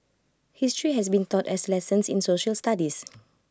history has been taught as lessons in social studies